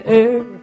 air